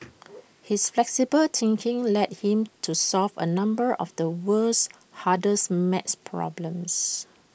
his flexible thinking led him to solve A number of the world's hardest math problems